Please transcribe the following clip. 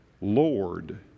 Lord